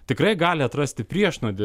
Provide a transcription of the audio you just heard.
tikrai gali atrasti priešnuodį